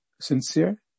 sincere